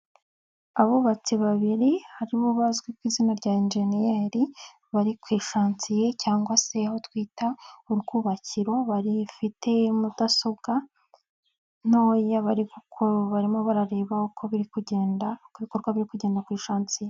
Abubatsi babiri harimo abazwi ku izina rya Enjeniyeri bari ku ishansiye cyangwa se aho twita urwubakiro, bafite mudasobwa ntoya, bari kuko barimo barareba uko ibikorwa biri kugenda ku ishansiye.